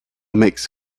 makes